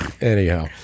anyhow